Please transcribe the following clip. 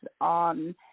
on